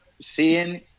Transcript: seeing